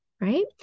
right